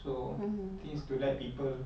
so things to let people